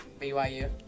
BYU